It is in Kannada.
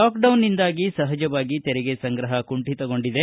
ಲಾಕ್ಡೌನ್ನಿಂದಾಗಿ ಸಹಜವಾಗಿ ತೆರಿಗೆ ಸಂಗ್ರಹ ಕುಂಠಿತಗೊಂಡಿದೆ